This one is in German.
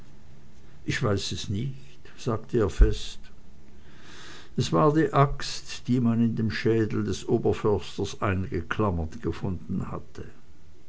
ich weiß es nicht sagte er fest es war die axt die man in dem schädel des oberförsters eingeklammert gefunden hatte